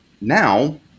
Now